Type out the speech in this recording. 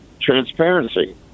transparency